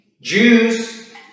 Jews